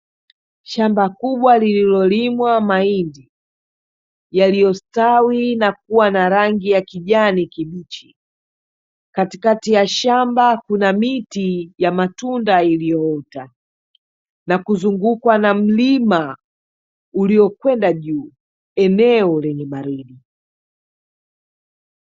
Shamba kubwa lililolimwa mahindi yaliyositawi na kuwa na rangi ya kijani kibichi. Katikati ya shamba kuna miti ya matunda iliyoota na kuzungukwa na mlima uliokwenda juu. Eneo lenye baridi.